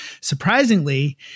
Surprisingly